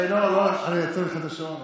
אני עוצר לך את השעון.